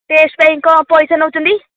test ପାଇଁ କ'ଣ ପଇସା ନେଉଛନ୍ତି